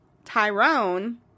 Tyrone